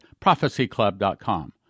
prophecyclub.com